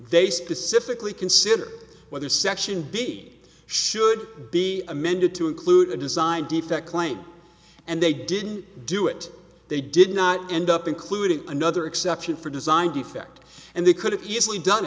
they specifically consider whether section b should be amended to include a design defect claim and they didn't do it they did not end up including another exception for design defect and they could have easily done